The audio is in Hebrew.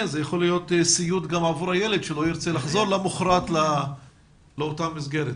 זה יכול להיות סיוט גם עבור הילד שלא ירצה לחזור למחרת לאותה המסגרת.